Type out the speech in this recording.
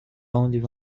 only